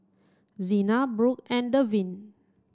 Zina Brooke and Devyn